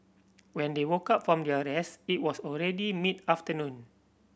when they woke up from their rest it was already mid afternoon